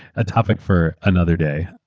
a topic for another day.